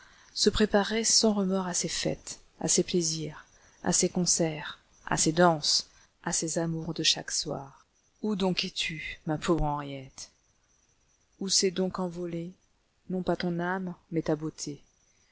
se préparait sans remords à ses fêtes à ses plaisirs à ses concerts à ses danses à ses amours de chaque soir où donc es-tu ma pauvre henriette où s'est donc envolée non pas ton âme mais ta beauté